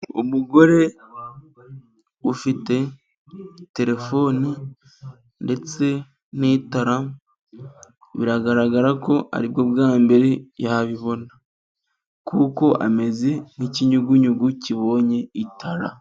Umugore ufite telefoni, ndetse n'itara, biragaragara ko aribwo bwa mbere yabibona, kuko ameze nk'ikinyugunyugu kibonye itara.